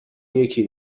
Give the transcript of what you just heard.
یکی